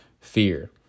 fear